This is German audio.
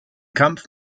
kampf